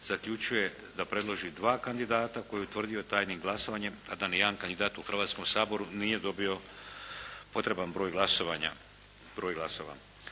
zaključuje da predloži 2 kandidata koja je utvrdio tajnim glasovanjem, tada nijedan kandidat u Hrvatskom saboru nije dobio potreban broj glasovanja,